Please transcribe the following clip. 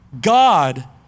God